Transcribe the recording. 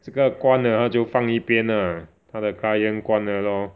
这个关了他就放一边 ah 他的 client 关了 lor